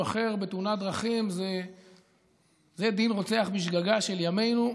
אחר בתאונת דרכים זה דין "רוצח בשגגה" של ימינו,